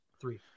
three